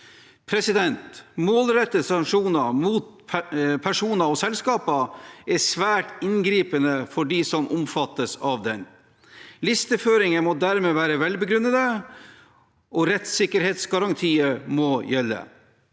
tilpasninger. Målrettede sanksjoner mot personer og selskaper er svært inngripende for dem som omfattes av dem. Listeføringer må dermed være velbegrunnede, og rettssikkerhetsgarantier må gjelde.